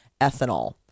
ethanol